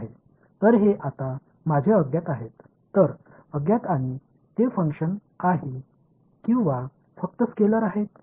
எனவே தெரியவில்லை மற்றும் அவை செயல்பாடுகளா அல்லது வெறுமனே ஸ்கேலார்ஸ்களா